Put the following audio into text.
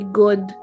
good